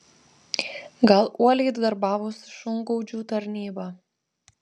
gal uoliai darbavosi šungaudžių tarnyba